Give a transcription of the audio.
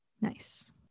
Nice